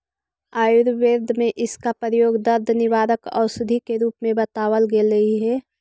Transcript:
आयुर्वेद में इसका प्रयोग दर्द निवारक औषधि के रूप में बतावाल गेलई हे